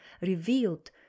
revealed